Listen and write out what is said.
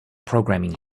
programming